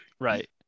right